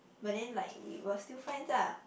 but then like we were still friends lah